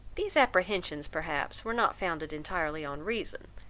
these apprehensions, perhaps, were not founded entirely on reason,